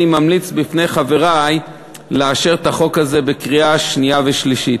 אני ממליץ בפני חברי לאשר את החוק הזה בקריאה שנייה ושלישית.